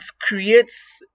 creates